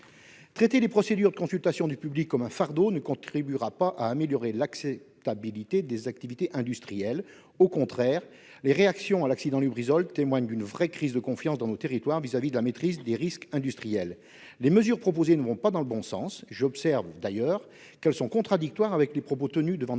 Traiter les procédures de consultation du public comme un fardeau ne contribuera pas à améliorer l'acceptabilité des activités industrielles. Au contraire, les réactions à l'accident de l'usine Lubrizol témoignent d'une véritable crise de confiance dans nos territoires à l'égard de la maîtrise des risques industriels. Les mesures proposées ne vont pas dans le bon sens. J'observe d'ailleurs qu'elles entrent en contradiction avec les propos tenus devant notre